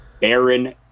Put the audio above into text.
Baron